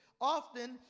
Often